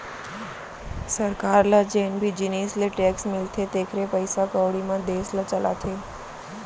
सरकार ल जेन भी जिनिस ले टेक्स मिलथे तेखरे पइसा कउड़ी म देस ल चलाथे